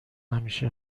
همیشه